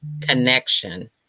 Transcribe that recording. connection